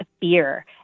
fear